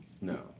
No